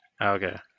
okay